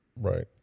Right